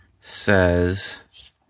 says